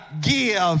give